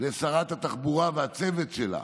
לשרת התחבורה ולצוות שלה,